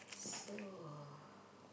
so